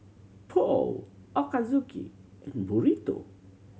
Pho Ochazuke and Burrito